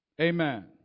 Amen